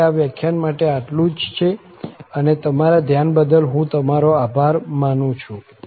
તેથી આ વ્યાખ્યાન માટે આટલું જ છે અને તમારા ધ્યાન બદલ હું તમારો આભાર માનું છું